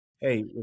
hey